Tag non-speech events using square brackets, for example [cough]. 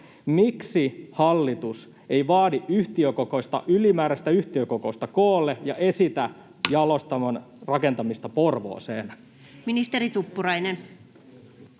Miksi hallitus ei vaadi ylimääräistä yhtiökokousta koolle ja esitä [noise] jalostamon rakentamista Porvooseen? Ministeri Tuppurainen.